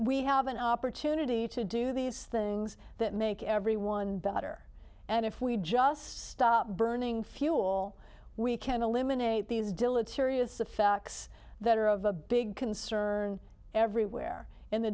we have an opportunity to do these things that make everyone better and if we just stop burning fuel we can eliminate these dillard serious the facts that are of a big concern everywhere in the